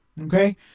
Okay